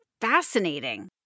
fascinating